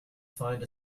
find